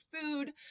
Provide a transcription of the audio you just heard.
food